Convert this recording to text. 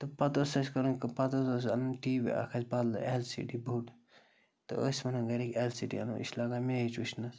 تہٕ پَتہٕ ٲس اَسہِ کَرٕنۍ کٲ پَتہٕ حظ اوس اَسہِ اَنُن ٹی وی اَکھ اَسہِ بَدلٕے اٮ۪ل سی ڈی بوٚڑ تہٕ ٲسۍ وَنان گَرِکۍ اٮ۪ل سی ڈی اَنو یہِ چھِ لَگان میچ وٕچھنَس